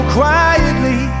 quietly